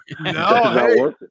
no